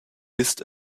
ist